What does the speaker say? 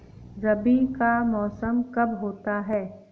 रबी का मौसम कब होता हैं?